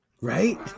Right